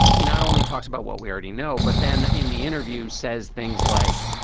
he not only talks about what we already know, but then in the interviews says things like,